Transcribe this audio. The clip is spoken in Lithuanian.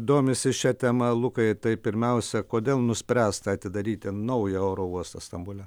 domisi šia tema lukai tai pirmiausia kodėl nuspręsta atidaryti naują oro uostą stambule